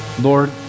Lord